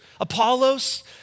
Apollos